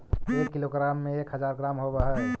एक किलोग्राम में एक हज़ार ग्राम होव हई